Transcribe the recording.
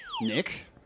Nick